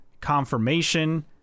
confirmation